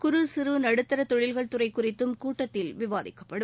குறு சிறு நடுத்தர தொழில்கள் துறை குறித்தும் கூட்டத்தில் விவாதிக்கப்படும்